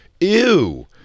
Ew